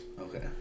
Okay